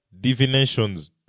divinations